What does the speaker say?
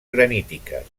granítiques